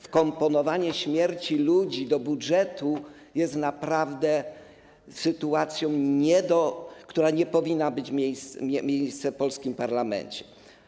Wkomponowanie śmierci ludzi do budżetu jest naprawdę sytuacją, która nie powinna mieć miejsca w polskim parlamencie.